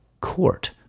court